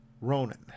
Ronan